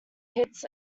hits